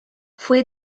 fue